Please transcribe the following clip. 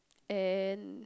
and